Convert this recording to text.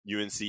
UNC